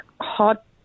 hot